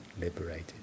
liberated